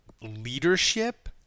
leadership